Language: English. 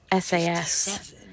SAS